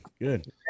good